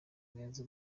meza